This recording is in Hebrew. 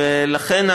לכן,